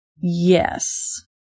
yes